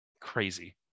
Crazy